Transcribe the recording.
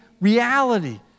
reality